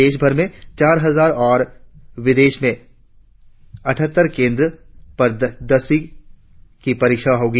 देशभर में चार हजार और विदेशों में अठहत्तर केंद्र पर दसवीं की परीक्षा होंगी